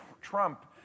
trump